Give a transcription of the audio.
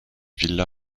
villa